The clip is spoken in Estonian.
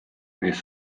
mees